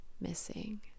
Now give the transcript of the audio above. missing